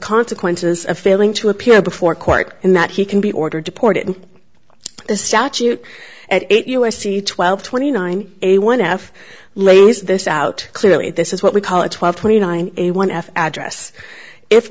consequences of failing to appear before court and that he can be ordered deported and the statute at eight u s c twelve twenty nine a one f lays this out clearly this is what we call a twelve twenty nine a one f address i